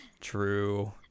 True